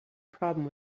problem